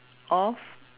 of